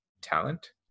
talent